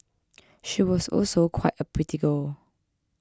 she was also quite a pretty girl